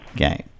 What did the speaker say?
Okay